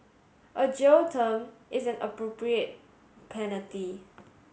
a jail term is an appropriate penalty